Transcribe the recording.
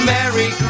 Merry